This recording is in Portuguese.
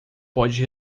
pode